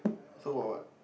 so got what